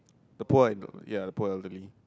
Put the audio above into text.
the poor ya the poor elderly